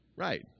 Right